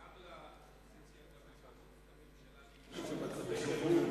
אפשר לגנות את הממשלה גם במצבי חירום,